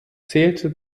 zählte